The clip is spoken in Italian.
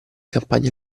campagne